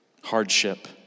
Hardship